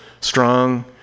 strong